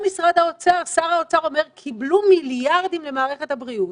שר האוצר אומר, קיבלו מיליארדים למערכת הבריאות,